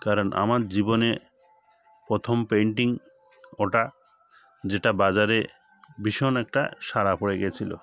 কারণ আমার জীবনে প্রথম পেন্টিং ওটা যেটা বাজারে ভীষণ একটা সাড়া পড়ে গিয়েছিল